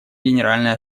генеральной